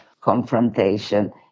confrontation